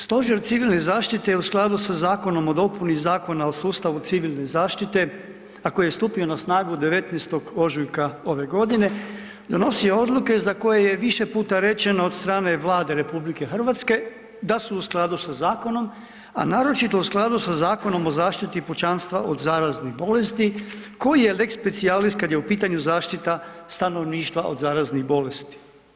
Stožer civilne zaštite u skladu sa Zakonom o dopuni Zakona o sustavu civilne zaštite, a koji je stupio na snagu 19.ožujka ove godine, donosio odluke za koje je više puta rečeno od strane Vlade RH da su u skladu sa zakonom, a naročito u skladu sa Zakonom o zaštiti pučanstva od zaraznih bolesti koje je lex specialis kada je u pitanju zaštita stanovništva od zaraznih bolesti.